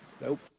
Nope